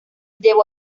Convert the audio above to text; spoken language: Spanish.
llevó